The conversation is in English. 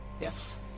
Yes